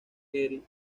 kerry